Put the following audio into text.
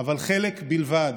אבל חלק בלבד.